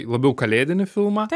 labiau kalėdinį filmą